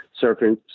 Surface